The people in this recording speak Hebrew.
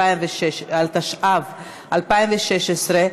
התשע"ז 2017,